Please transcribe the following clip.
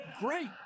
great